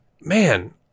Man